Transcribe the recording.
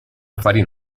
affari